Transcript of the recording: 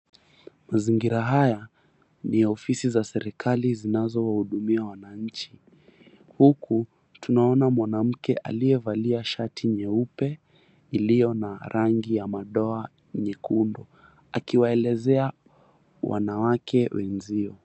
Mazingira haya ni ya ofisi za serekali zinazo wahudumia wananchi, huku tunaona mwanamke aliyevalia shati nyeupe iliyo na madoa nyekundu akiwaeleza wanawake wenzio.